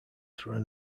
through